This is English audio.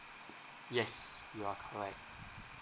yes you are correct